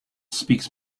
speaks